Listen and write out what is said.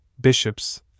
bishops